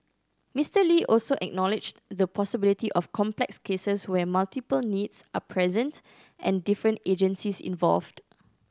Mister Lee also acknowledged the possibility of complex cases where multiple needs are present and different agencies involved